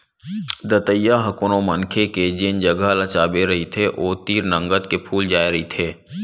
दतइया ह कोनो मनखे के जेन जगा ल चाबे रहिथे ओ तीर नंगत के फूल जाय रहिथे